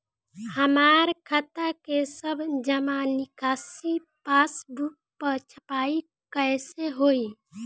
हमार खाता के सब जमा निकासी पासबुक पर छपाई कैसे होई?